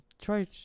try